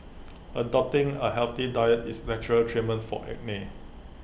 adopting A healthy diet is natural treatment for acne